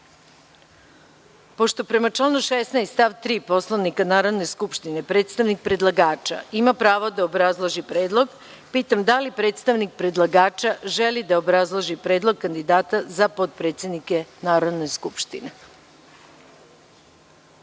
prema članu 16. stav 3. Poslovnika Narodne skupštine, predstavnik predlagača ima pravo da obrazloži predlog, pitam da li predstavnik predlagača želi da obrazloži predlog kandidata za potpredsednike Narodne skupštine?